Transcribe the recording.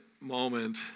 moment